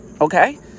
Okay